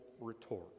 retort